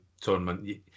tournament